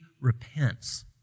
repents